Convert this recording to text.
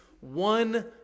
one